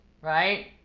Right